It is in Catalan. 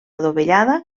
dovellada